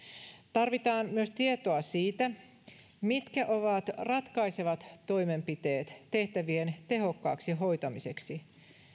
tarvitaan myös tietoa siitä mitkä ovat ratkaisevat toimenpiteet tehtävien tehokkaaksi hoitamiseksi